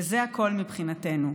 זה הכול מבחינתנו",